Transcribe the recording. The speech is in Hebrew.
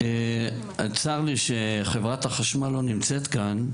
עצרנו שחב' החשמל לא נמצאת כאן,